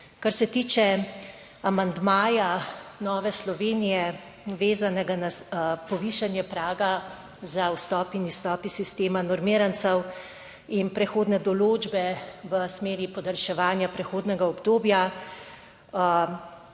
Kar se tiče amandmaja Nove Slovenije, vezanega na povišanje praga za vstop in izstop iz sistema normirancev, in prehodne določbe v smeri podaljševanja prehodnega obdobja,